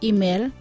Email